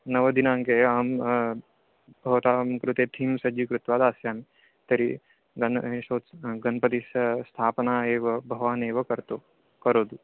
नवमदिनाङ्के अहं भवतां कृते थीम् सज्जीकृत्वा दास्यामि तर्हि गन् गणेशोत्सवः गणपतिस्था स्थापना एव भवानेव कर्तु करोतु